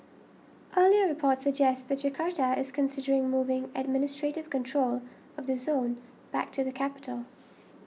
earlier reports suggest Jakarta is considering moving administrative control of the zone back to the capital